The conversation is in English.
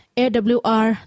awr